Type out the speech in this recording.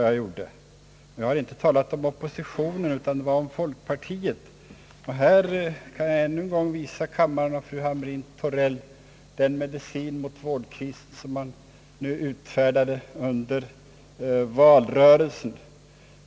Jag har inte talat om oppositionen utan om folkpartiet, och här kan jag med den här skriften ännu en gång visa kammaren och fru Hamrin-Thorell den medicin mot vårdkrisen som man rekommenderade under valrörelsen.